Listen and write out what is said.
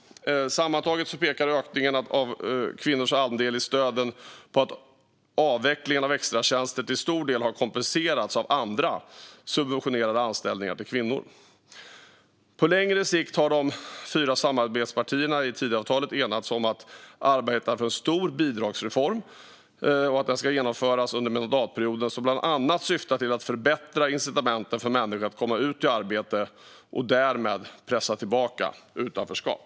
Sammantaget pekar ökningen av kvinnors andel i stöden på att avvecklingen av extratjänster till stor del har kompenserats av andra subventionerade anställningar till kvinnor. På längre sikt har de fyra samarbetspartierna i Tidöavtalet enats om att arbeta för att en stor bidragsreform ska genomföras under mandatperioden som bland annat syftar till att förbättra incitamenten för människor att komma ut i arbete och därmed pressa tillbaka utanförskap.